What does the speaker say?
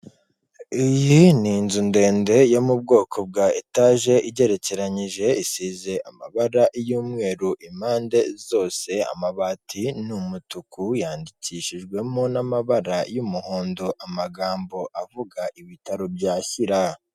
Iyi ni inzu ndende yo mu bwoko bwa etaje igerekeranyije isize amabara y'umweru impande zose, amabati n'umutuku yanyandikishijwemo n'amabara y'umuhondo amagambo avuga ibitaro bya Shyira.